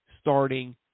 starting